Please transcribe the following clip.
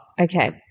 Okay